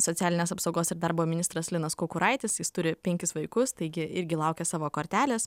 socialinės apsaugos ir darbo ministras linas kukuraitis jis turi penkis vaikus taigi irgi laukia savo kortelės